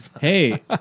Hey